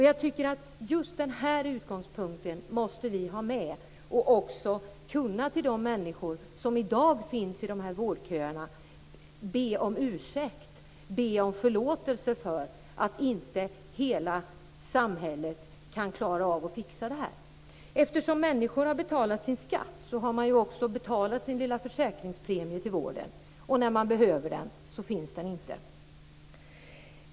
Jag tycker att vi måste ha just den här utgångspunkten, och vi måste också kunna be de människor som i dag finns i vårdköerna om förlåtelse för att samhället inte kan klara av att fixa det här. Eftersom människor har betalat sin skatt har de också betalat sin lilla försäkringspremie till vården, och när de behöver den vården finns den inte!